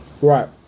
right